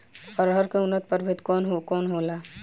अरहर के उन्नत प्रभेद कौन कौनहोला?